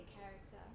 character